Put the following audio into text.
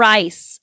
Rice